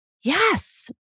yes